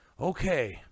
okay